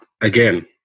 again